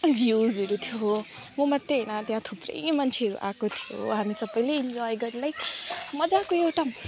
भ्युजहरू थियो म मात्रै होइन त्यहाँ थुप्रै मान्छेहरू आएको थियो हामी सबैले इन्जोय गर्यौँ लाइक मज्जाको एउटा